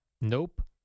Nope